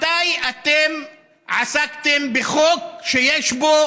מתי אתם עסקתם בחוק שיש בו